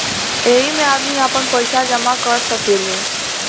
ऐइमे आदमी आपन पईसा जमा कर सकेले